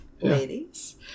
Ladies